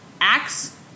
acts